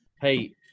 hey